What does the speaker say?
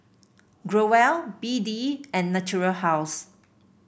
Growell B D and Natura House